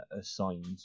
assigned